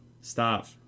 stop